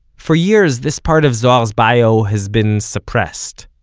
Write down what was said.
for years, this part of zohar's bio has been suppressed.